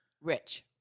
rich